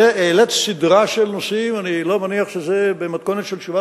אם אני אתחיל לעבור פה על כל הסוגיות